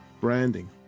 branding